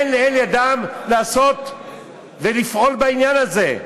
אין לאל ידם לעשות ולפעול בעניין הזה.